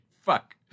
Fuck